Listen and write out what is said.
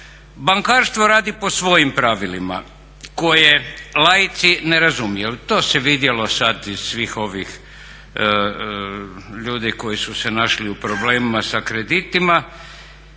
bankarstvo radi po svojim pravilima koje laici ne razumiju. To se vidjelo sada iz svih ovih ljudi koji su se našli u problemima sa kreditima